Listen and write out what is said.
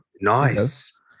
Nice